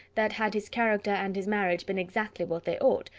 that had his character and his marriage been exactly what they ought,